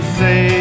say